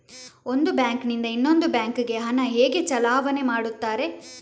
ಒಂದು ಬ್ಯಾಂಕ್ ನಿಂದ ಇನ್ನೊಂದು ಬ್ಯಾಂಕ್ ಗೆ ಹಣ ಹೇಗೆ ಚಲಾವಣೆ ಮಾಡುತ್ತಾರೆ?